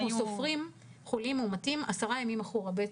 אנחנו סופרים חולים מאומתים עשרה ימים אחורה.